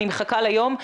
אני מחכה ליום,